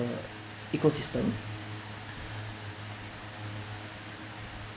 ecosystem